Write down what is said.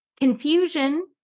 confusion